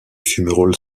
fumerolles